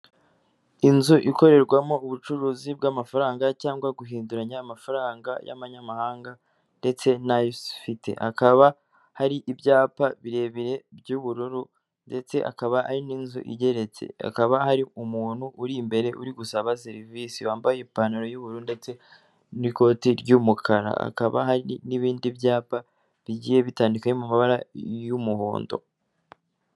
Inzu ikorerwamo ubucuruzi bw'amafaranga cyangwa guhinduranya amafaranga y'amanyamahanga ndetse nayo ufite hakaba hari ibyapa birebire by'ubururu ndetse akaba ari n'inzu igeretse hakaba hari umuntu uri imbere uri gusaba serivisi wambaye ipantaro y'ubururu ndetse n'ikoti ry'umukara hakaba hari n'ibindi byapa bigiye bitandukanye hari ibiri mu mabara y'umuhondo.